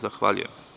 Zahvaljujem.